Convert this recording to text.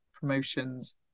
promotions